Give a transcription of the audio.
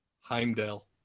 Heimdall